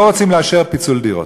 לא רוצים לאשר פיצול דירות.